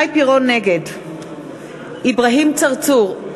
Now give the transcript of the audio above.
נגד אברהים צרצור,